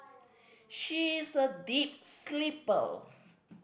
she is a deep sleeper